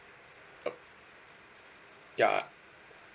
oh ya